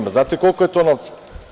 Da li znate koliko je to novca?